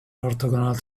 orthogonal